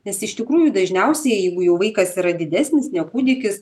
nes iš tikrųjų dažniausiai jeigu jau vaikas yra didesnis ne kūdikis